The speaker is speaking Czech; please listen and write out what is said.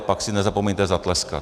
Pak si nezapomeňte zatleskat.